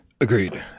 Agreed